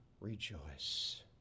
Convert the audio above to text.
rejoice